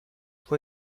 fue